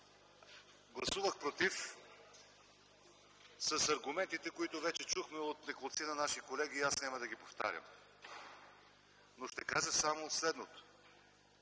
Гласувах „против” с аргументите, които вече чухме от неколцина наши колеги и аз няма да ги повтарям. Ще кажа само следното: